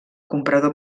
comprador